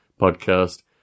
podcast